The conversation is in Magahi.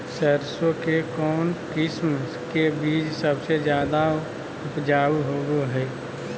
सरसों के कौन किस्म के बीच सबसे ज्यादा उपजाऊ होबो हय?